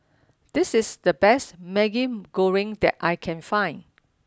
this is the best Maggi Goreng that I can find